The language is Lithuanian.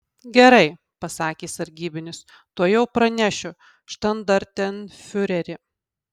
gerai pasakė sargybinis tuojau pranešiu štandartenfiureri